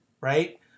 right